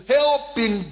helping